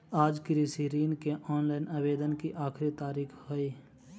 आज कृषि ऋण के ऑनलाइन आवेदन की आखिरी तारीख हई